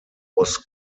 was